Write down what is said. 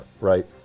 right